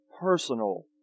personal